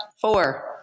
Four